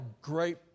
great